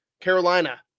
Carolina